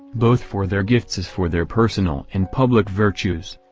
both for their gifts as for their personal and public virtues.